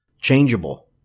changeable